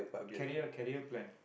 career career plan